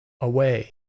away